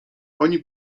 oni